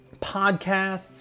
podcasts